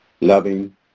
loving